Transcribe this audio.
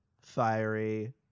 fiery